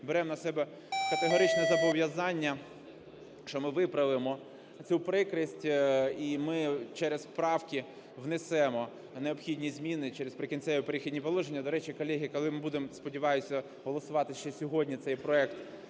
беремо на себе категоричне зобов'язання, що ми виправимо цю прикрість. І ми через правки внесемо необхідні зміни через "Прикінцеві і Перехідні положення". До речі, колеги, коли ми будемо, сподіваюся, голосувати ще сьогодні цей проект